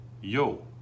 Yo